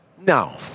no